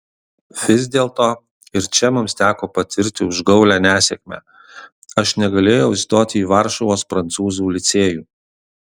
vis dėlto ir čia mums teko patirti užgaulią nesėkmę aš negalėjau įstoti į varšuvos prancūzų licėjų